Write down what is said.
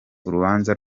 urubanza